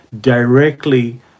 directly